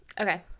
Okay